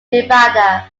nevada